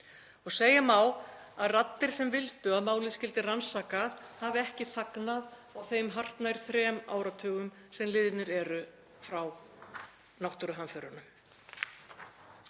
Segja má að raddir sem vildu að málið skyldi rannsakað hafi ekki þagnað á þeim hartnær þremur áratugum sem liðnir eru frá náttúruhamförunum.